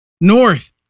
North